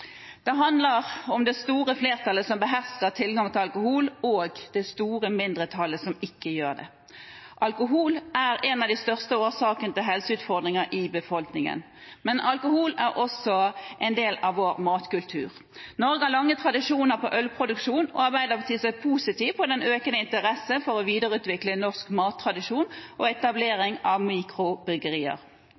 Det handler om det store flertallet som behersker tilgangen til alkohol, og det store mindretallet som ikke gjør det. Alkohol er en av de største årsakene til helseutfordringer i befolkningen, men alkohol er også en del av vår matkultur. Norge har lange tradisjoner når det gjelder ølproduksjon. Arbeiderpartiet ser positivt på den økende interessen for videreutvikling av norsk mattradisjon og etablering av mikrobryggerier.